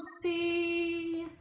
see